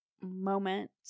moment